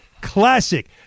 Classic